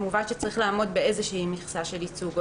כמובן שצריך לעמוד באיזושהי מכסה של ייצוג הולם.